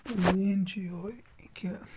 main چھُ یِہوٚے کہِ